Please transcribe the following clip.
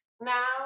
now